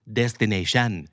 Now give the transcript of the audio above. destination